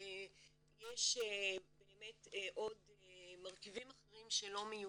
יש באמת עוד מרכיבים אחרים שלא מיושמים.